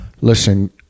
listen